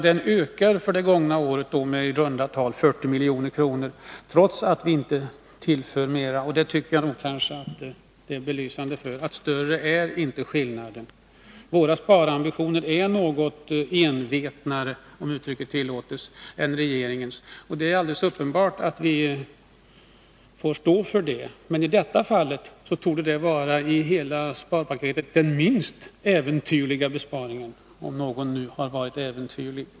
Den ökar med i runt tal 40 milj.kr. för det gångna året, trots att vi inte tillför mera. Större är inte skillnaden. Våra sparambitioner är något ”envetnare” än regeringens, och det är alldeles uppenbart att vi får stå för det. Men det här torde vara den i hela sparpaketet minst äventyrliga besparingen — om nu någon besparing har varit äventyrlig.